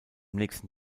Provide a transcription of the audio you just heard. nächsten